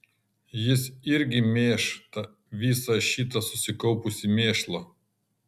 jis irgi mėš visą šitą susikaupusį mėšlą